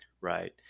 right